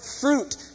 fruit